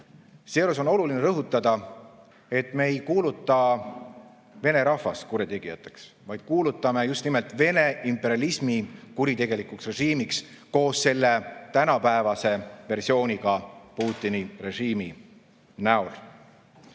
Seejuures on oluline rõhutada, et me ei kuuluta vene rahvast kurjategijateks, vaid kuulutame just nimelt Vene imperialismi kuritegelikuks režiimiks koos selle tänapäevase versiooniga Putini režiimi näol.